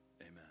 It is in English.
Amen